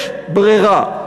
יש ברירה,